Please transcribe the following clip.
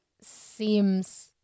seems